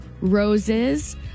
Rose's